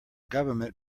government